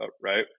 right